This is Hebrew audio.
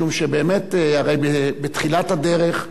הרי בתחילת הדרך,